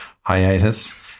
hiatus